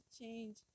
change